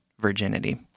virginity